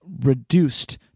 reduced